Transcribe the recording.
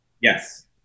Yes